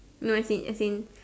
no as in as in